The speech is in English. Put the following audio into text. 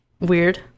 weird